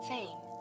Fame